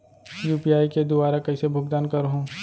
UPI के दुवारा कइसे भुगतान करहों?